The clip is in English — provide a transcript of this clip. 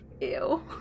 Ew